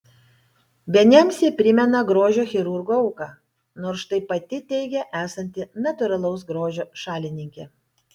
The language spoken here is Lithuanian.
vieniems ji primena grožio chirurgų auką nors štai pati teigia esanti natūralaus grožio šalininkė